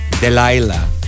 Delilah